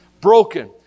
broken